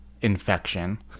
infection